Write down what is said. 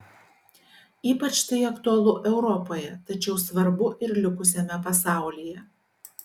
ypač tai aktualu europoje tačiau svarbu ir likusiame pasaulyje